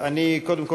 אני קודם